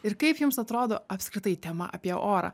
ir kaip jums atrodo apskritai tema apie orą